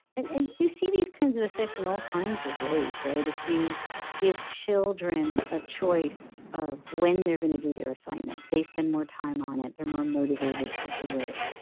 and and you see these kinds of effects in all kinds of ways, right? if you give children a choice of when they're going to do their assignment, they spend more time on it. they're more motivated to do it.